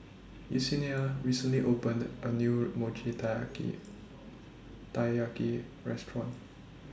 Yesenia recently opened A New Mochi Taiyaki Taiyaki Restaurant